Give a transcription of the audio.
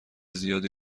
زیادی